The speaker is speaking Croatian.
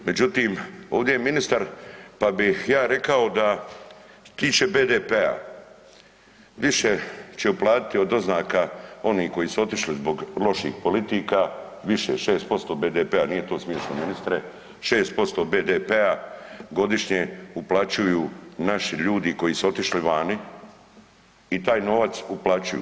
Međutim, ovdje je ministar, pa bih ja rekao da što se tiče BDP-a, više će uplatiti od doznaka oni koji su otišli zbog loših politika, više 6% BDP-a, nije to smiješno ministre, 6% BDP-a godišnje uplaćuju naši ljudi koji su otišli vani i taj novac uplaćuju.